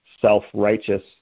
self-righteous